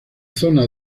zona